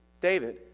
David